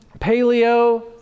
Paleo